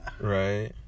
Right